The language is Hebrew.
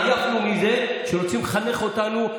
עייפנו מזה שרוצים לחנך אותנו,